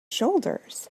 shoulders